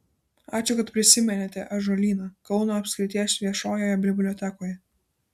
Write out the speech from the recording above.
ačiū kad prisiminėte ąžuolyną kauno apskrities viešojoje bibliotekoje